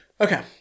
Okay